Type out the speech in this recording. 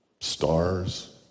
stars